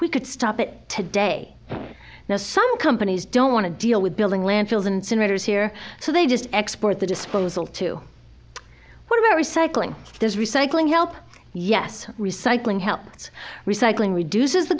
we could stop it today now some companies don't want to deal with building landfills and senators here so they just export the disposal to what about recycling there's recycling help yes recycling help it's recycling reduces the